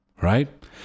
right